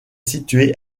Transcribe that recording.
situé